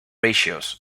ratios